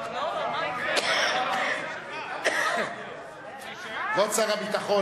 לא כבוד שר הביטחון,